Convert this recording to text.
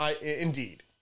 Indeed